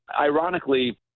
ironically